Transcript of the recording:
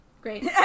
Great